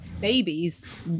babies